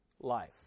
life